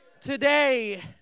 today